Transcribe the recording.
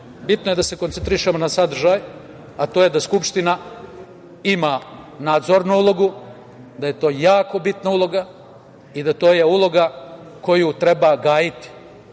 Bitno je da se koncentrišemo na sadržaj, a to je da skupština ima nadzornu ulogu, da je to jako bitna uloga i da je to uloga koju treba gajiti. Ovi